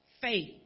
Faith